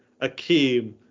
Akeem